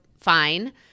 fine